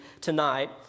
tonight